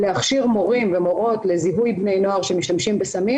להכשיר מורים ומורות לזיהוי בני נוער שמשתמשים בסמים